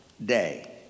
day